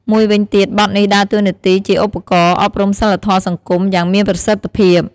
មួយវិញទៀត បទនេះដើរតួនាទីជាឧបករណ៍ អប់រំសីលធម៌សង្គម យ៉ាងមានប្រសិទ្ធភាព។